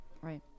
right